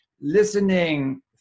Listening